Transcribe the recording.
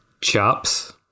chops